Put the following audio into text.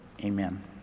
Amen